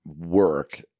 work